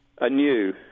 anew